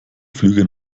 flüge